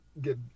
get